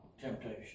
temptation